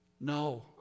No